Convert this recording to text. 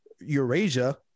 Eurasia